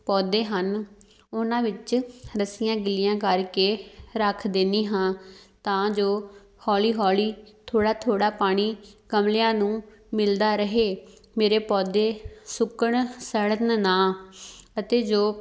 ਪੌਦੇ ਹਨ ਉਹਨਾਂ ਵਿੱਚ ਰੱਸੀਆਂ ਗਿੱਲੀਆਂ ਕਰ ਕੇ ਰੱਖ ਦਿੰਦੀ ਹਾਂ ਤਾਂ ਜੋ ਹੌਲੀ ਹੌਲੀ ਥੋੜ੍ਹਾ ਥੋੜ੍ਹਾ ਪਾਣੀ ਗਮਲਿਆਂ ਨੂੰ ਮਿਲਦਾ ਰਹੇ ਮੇਰੇ ਪੌਦੇ ਸੁੱਕਣ ਸੜਨ ਨਾ ਅਤੇ ਜੋ